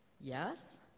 Yes